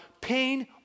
pain